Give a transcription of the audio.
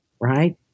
right